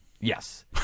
Yes